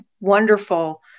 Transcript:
wonderful